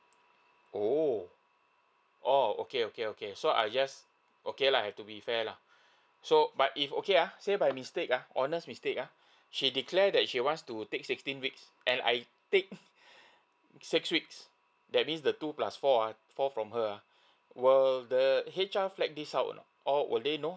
oh orh okay okay okay so I just okay lah I have to be fair lah so but if okay uh say by mistake uh honest mistake uh she declared that she wants to take sixteen weeks and I take six weeks that means the two plus four uh four from her uh will the H_R flag this out or not or would they know